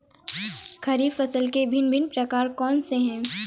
खरीब फसल के भिन भिन प्रकार कौन से हैं?